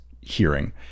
hearing